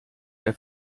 der